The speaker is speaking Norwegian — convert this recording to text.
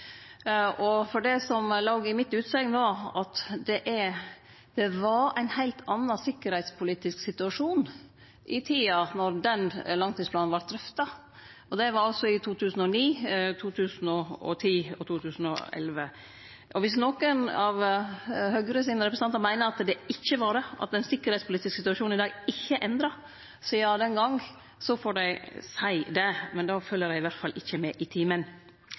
for det som låg i utsegna mi, var at det var ein heilt annan sikkerheitspolitisk situasjon i tida då den langtidsplanen vart drøfta – og det var i 2009, 2010 og 2011. Dersom nokon av Høgre sine representantar meiner at det ikkje var det, at den sikkerheitspolitiske situasjonen i dag ikkje er endra sidan den gongen, får dei seie det, men då fylgjer dei i alle fall ikkje med i timen.